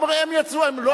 הם יצאו, הם לא